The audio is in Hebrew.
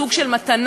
סוג של מתנה,